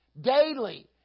daily